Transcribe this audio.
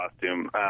costume